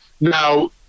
Now